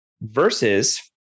versus